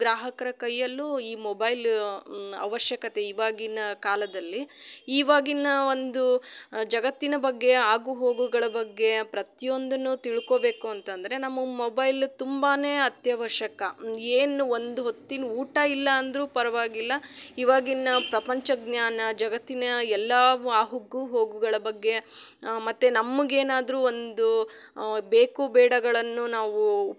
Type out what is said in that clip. ಗ್ರಾಹಕರ ಕೈಯಲ್ಲು ಈ ಮೊಬೈಲ್ ಅವಶ್ಯಕತೆ ಇವಾಗಿನ ಕಾಲದಲ್ಲಿ ಇವಾಗಿನ ಒಂದು ಜಗತ್ತಿನ ಬಗ್ಗೆ ಆಗುಹೋಗುಗಳ ಬಗ್ಗೆ ಪ್ರತಿಯೊಂದನ್ನು ತಿಳ್ಕೊಬೇಕು ಅಂತಂದರೆ ನಮಗೆ ಮೊಬೈಲ್ ತುಂಬಾ ಅತ್ಯವಶ್ಯಕ ಏನು ಒಂದು ಹೊತ್ತಿನ ಊಟ ಇಲ್ಲ ಅಂದರು ಪರವಾಗಿಲ್ಲ ಇವಾಗಿನ ಪ್ರಪಂಚ ಜ್ಞಾನ ಜಗತ್ತಿನ ಎಲ್ಲ ಆಗುಹೋಗುಗಳ ಬಗ್ಗೆ ಮತ್ತೆ ನಮ್ಗೆ ಏನಾದರು ಒಂದು ಬೇಕು ಬೇಡಗಳನ್ನು ನಾವು